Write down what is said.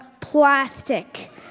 plastic